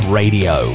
radio